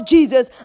Jesus